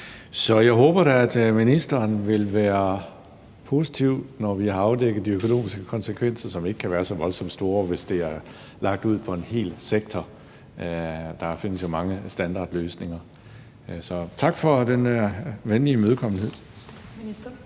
Så jeg håber da, at ministeren vil være positiv, når vi har afdækket de økonomiske konsekvenser, som ikke kan være så voldsomt store, hvis det bliver lagt ud på en hel sektor. Der findes jo mange standardløsninger. Så tak for den venlige imødekommenhed.